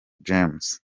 james